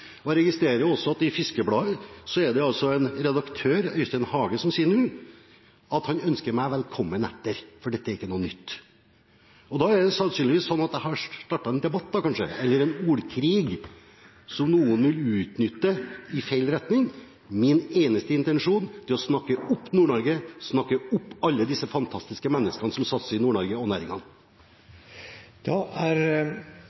Jeg registrerer også at i Fiskeribladet Fiskaren sier redaktør Øystein Hage at han ønsker meg velkommen etter, for dette er ikke noe nytt. Da er det sannsynligvis sånn at jeg har startet en ordkrig som noen utnytter i feil retning. Min eneste intensjon er å snakke opp Nord-Norge, snakke opp alle disse fantastiske menneskene som satser i Nord-Norge og